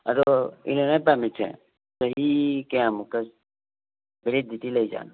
ꯑꯗꯣ inner line ꯄꯥꯔꯃꯤꯠꯁꯦ ꯆꯍꯤ ꯀꯌꯥꯃꯨꯛꯀ ꯚꯦꯂꯤꯗꯤꯇꯤ ꯂꯩꯖꯥꯠꯅꯣ